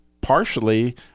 partially